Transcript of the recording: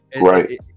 right